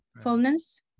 fullness